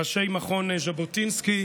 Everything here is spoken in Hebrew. ראשי מכון ז'בוטינסקי,